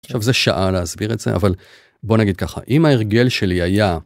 עכשיו, זה שעה להסביר את זה אבל בוא נגיד ככה אם ההרגל שלי היה.